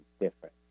different